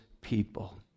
people